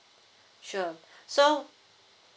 sure so